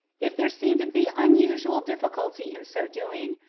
if there seem to be unusual difficulty in so doing,